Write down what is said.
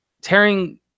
tearing